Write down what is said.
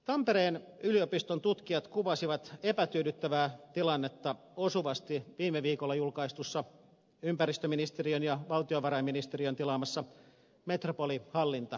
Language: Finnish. tampereen yliopiston tutkijat kuvasivat epätyydyttävää tilannetta osuvasti viime viikolla julkaistussa ympäristöministeriön ja valtiovarainministeriön tilaamassa metropolihallinta selvityksessä